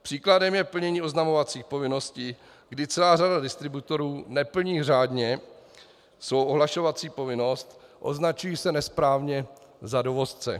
Příkladem je plnění oznamovacích povinností, kdy celá řada distributorů neplní řádně svou ohlašovací povinnost, označují se nesprávně za dovozce.